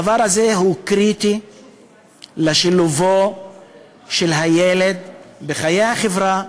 הדבר הזה הוא קריטי לשילובו של הילד בחיי החברה,